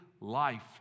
life